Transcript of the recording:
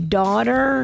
daughter